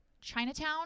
Chinatown